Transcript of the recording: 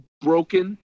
broken